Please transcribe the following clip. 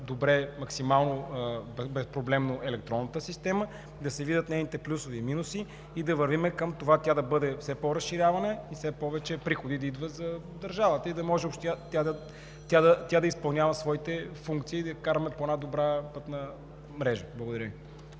добре, безпроблемно, електронната система, да се видят нейните плюсове и минуси, да вървим към това да бъде все по-разширявана и все повече приходи да идват за държавата, да може да изпълнява своите функции и да караме по една добра пътна мрежа. Благодаря Ви.